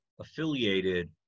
affiliated